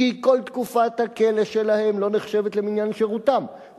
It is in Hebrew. כי כל תקופת הכלא שלהם לא נחשבת למניין שירותם,